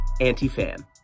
anti-fan